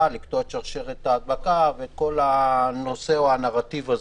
לקטוע את שרשרת ההדבקה ואת כל הנושא הזה.